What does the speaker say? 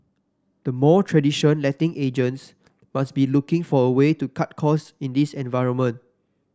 the more traditional letting agents must be looking for a way to cut cost in this environment